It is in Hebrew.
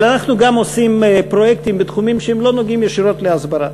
אבל אנחנו גם עושים פרויקטים בתחומים שאינם נוגעים ישירות להסברה.